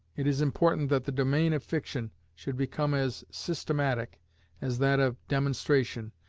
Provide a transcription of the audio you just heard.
it is important that the domain of fiction should become as systematic as that of demonstration,